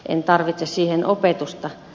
en tarvitse siihen opetusta